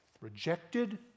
rejected